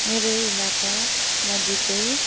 मेरो इलाका नजिकै